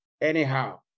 anyhow